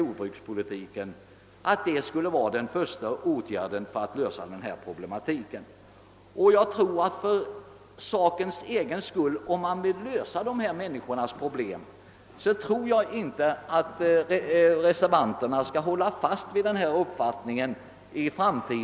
Om reservanterna verkligen har ett positivt intresse av att lösa dessa människors problem bör de inte hålla fast vid det kravet.